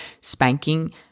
spanking